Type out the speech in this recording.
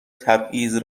تبعیض